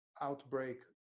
outbreak